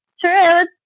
true